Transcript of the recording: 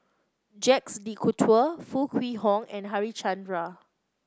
Jacques De Coutre Foo Kwee Horng and Harichandra